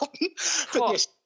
yes